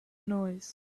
noise